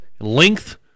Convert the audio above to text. length